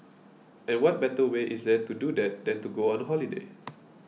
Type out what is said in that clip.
and what better way is there to do that than to go on holiday